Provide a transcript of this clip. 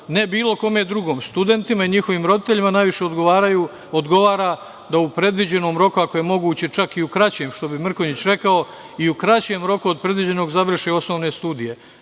ne bilo kome drugom. Studentima i njihovim roditeljima najviše odgovara da u predviđenom roku, ako je moguće čak i u kraćem, što bi Mrkonjić rekao, i u kraćem roku od predviđenog završe osnovne studije.